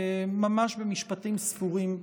ממש במשפטים ספורים,